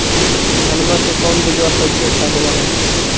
धनमा के कौन बिजबा सबसे अच्छा होव है?